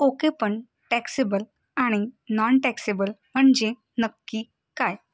okay पण taxable आणि nontaxable म्हणजे नक्की काय